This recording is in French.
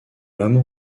l’amour